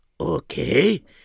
Okay